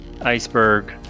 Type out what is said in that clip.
iceberg